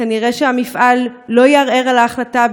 כנראה המפעל לא יערער על ההחלטה,